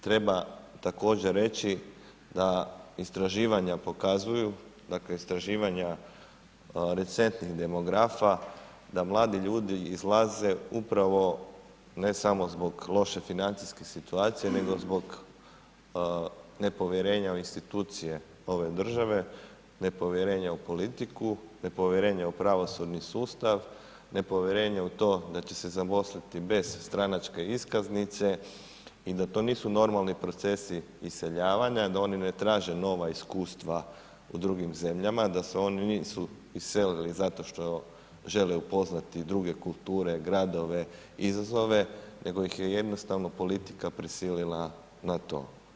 Treba također reći, da istraživanja pokazuju, dakle, istraživanja recentnih demografa, da mladi ljudi izlaze, upravo, ne samo zbog loše financijske situacije, nego zbog nepovjerenja u institucije ove države, nepovjerenja u politiku, nepovjerenja u pravosudni sustav, nepovjerenje u to, da će se zaposliti bez stranačke iskaznice i da to nisu normalni procesi iseljavanja, da oni ne traže nova iskustva u drugim zemljama, da se oni nisu iselili zato što žele upoznati druge kulture, gradove, izazove, nego ih je jednostavno politika prisilila na to.